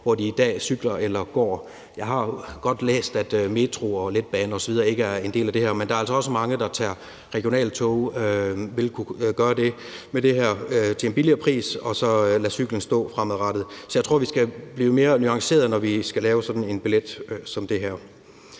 hvor de i dag cykler eller går. Jeg har jo godt læst, at metroer, letbaner osv. ikke er en del af det her, men der er altså også mange, der med det her vil kunne tage regionaltog til en billigere pris og så lade cyklen stå fremadrettet. Så jeg tror, vi skal blive mere nuancerede, når vi skal lave sådan en billet som det her.